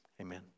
Amen